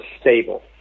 stable